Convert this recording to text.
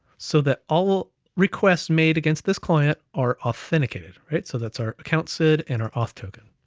so that all requests made against this client are authenticated, right? so that's our account sid, and our auth token.